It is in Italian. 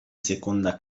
seconda